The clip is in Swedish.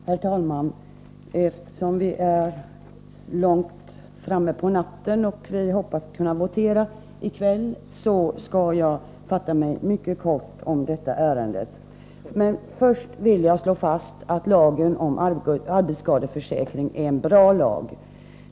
Herr talman! Eftersom det är sent och vi hoppas kunna votera i kväll skall jag fatta mig mycket kort i detta ärende. Först vill jag slå fast att lagen om arbetsskadeförsäkring är en bra lag.